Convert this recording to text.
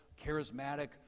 charismatic